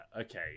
okay